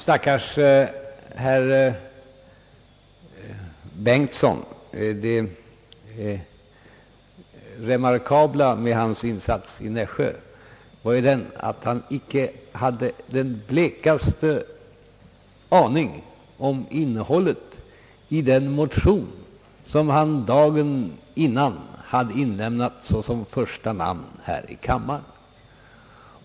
Stackars herr Bengtson! Det remarkabla med hans insats i Nässjö var ju att han inte hade den blekaste aning om innehållet i den motion, som han dagen innan hade inlämnat såsom första namn här i kammaren.